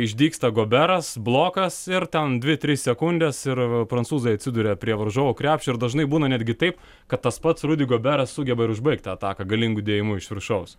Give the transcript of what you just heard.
išdygsta goberas blokas ir ten dvi trys sekundės ir prancūzai atsiduria prie varžovų krepšio ir dažnai būna netgi taip kad tas pats rudy goberas sugeba ir užbaigt tą ataką galingu dėjimu iš viršaus